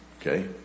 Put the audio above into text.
Okay